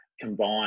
combine